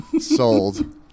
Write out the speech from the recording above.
Sold